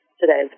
today